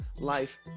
life